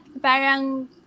Parang